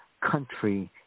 country